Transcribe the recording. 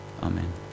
Amen